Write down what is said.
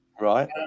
Right